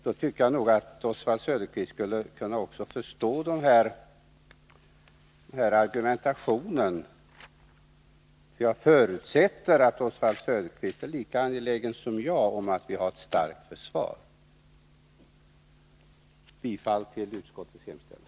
Då tycker jag nog att Oswald Söderqvist också skulle kunna förstå försvarets situation, då jag förutsätter att Oswald Söderqvist är lika angelägen som jag om att vi har ett starkt försvar. Jag vill yrka bifall till utskottets hemställan.